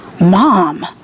Mom